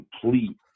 complete